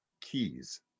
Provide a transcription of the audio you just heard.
keys